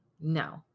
No